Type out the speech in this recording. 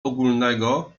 ogólnego